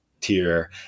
tier